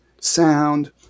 sound